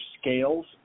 scales